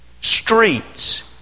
streets